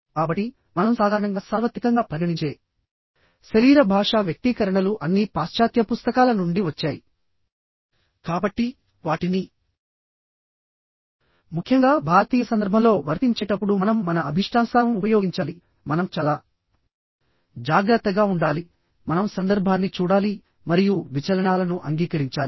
కాబట్టి మనం సాధారణంగా సార్వత్రికంగా పరిగణించే శరీర భాషా వ్యక్తీకరణలు అన్నీ పాశ్చాత్య పుస్తకాల నుండి వచ్చాయి కాబట్టి వాటిని ముఖ్యంగా భారతీయ సందర్భంలో వర్తించేటప్పుడు మనం మన అభీష్టానుసారం ఉపయోగించాలిమనం చాలా జాగ్రత్తగా ఉండాలి మనం సందర్భాన్ని చూడాలి మరియు విచలనాలను అంగీకరించాలి